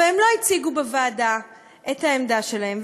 אבל הם לא הציגו בוועדה את העמדה שלהם.